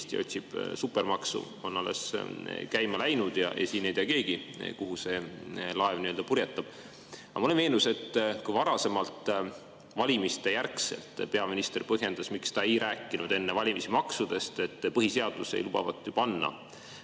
otsib supermaksu" on alles käima läinud, ja siin ei tea keegi, kuhu see laev purjetab. Mulle meenus, et varem valimiste järel peaminister põhjendas, miks ta ei rääkinud maksudest enne valimisi: sest põhiseadus ei lubavat panna